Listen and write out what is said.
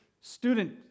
student